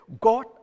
God